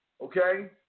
okay